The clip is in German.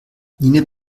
nina